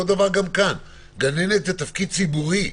אותו הדבר גם כאן גננת זה תפקיד ציבורי.